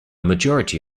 majority